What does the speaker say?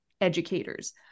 educators